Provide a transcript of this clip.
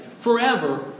forever